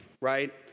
right